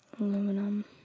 aluminum